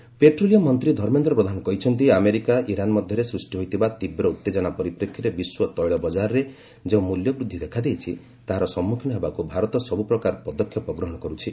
ପ୍ରଧାନ oil petroleum ମନ୍ତ୍ରୀ ଧର୍ମେନ୍ଦ୍ର ପ୍ରଧାନ କହିଛନ୍ତି America Iran ମଧ୍ୟରେ ସୃଷ୍ଟି ହୋଇଥିବୀ ତୀବ୍ର ଉତ୍ତେକନା ପରିପ୍ରେକ୍ଷୀରେ ବିଶ୍ୱ ତେିଳ ବଜାରରେ ଯେଉଁ ମୂଲ୍ୟବୃଦ୍ଧି ଦେଖାଦେଇଛି ତାହାର ସମ୍ମୁଖୀନ ହେବାକୁ ଭାରତ ସବ୍ରପ୍ରକାର ପଦକ୍ଷେପ ଗ୍ରହଣ କର୍ତ୍ତି